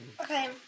Okay